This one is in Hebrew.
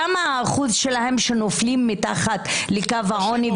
כמה השיעור שלהם שנופל מתחת לקו העוני,